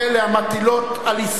המטילות על ישראל,